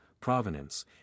provenance